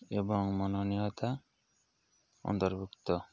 ଏବଂ ମନନୀୟତା ଅନ୍ତର୍ଭୁକ୍ତ